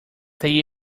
they